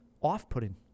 off-putting